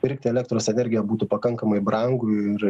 pirkti elektros energiją būtų pakankamai brangu ir